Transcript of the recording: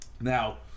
Now